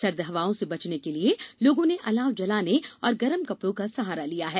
सर्द हवाओं से बचने के लिये लोगों ने अलाव जलाने और गरम कपड़ो का सहारा लिया है